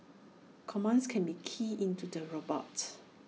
commands can be keyed into the robot